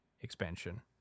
expansion